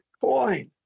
coin